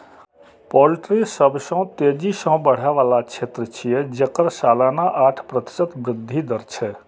poultry सबसं तेजी सं बढ़ै बला क्षेत्र छियै, जेकर सालाना आठ प्रतिशत वृद्धि दर छै